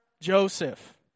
Joseph